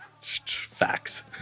Facts